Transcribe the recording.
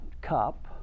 cup